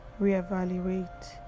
Reevaluate